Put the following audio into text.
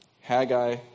Haggai